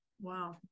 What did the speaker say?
wow